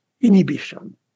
inhibition